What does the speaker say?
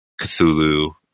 Cthulhu